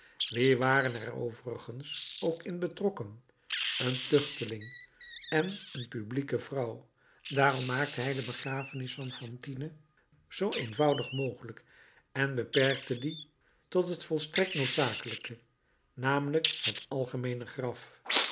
wie waren er overigens ook in betrokken een tuchteling en een publieke vrouw daarom maakte hij de begrafenis van fantine zoo eenvoudig mogelijk en beperkte die tot het volstrekt noodzakelijke namelijk het algemeene graf